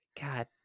God